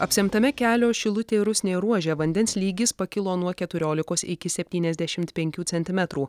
apsemtame kelio šilutė rusnė ruože vandens lygis pakilo nuo keturiolikos iki septyniasdešimt penkių centimetrų